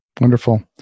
Wonderful